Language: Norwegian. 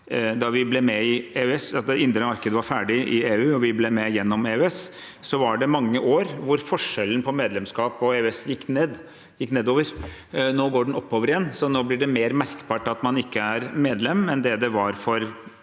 da vi ble med i EØS – da det indre markedet var ferdig i EU og vi ble med gjennom EØS – var det mange år hvor forskjellen på medlemskap og EØS gikk nedover. Nå går den oppover igjen, så nå blir det mer merkbart at man ikke er medlem enn det det var for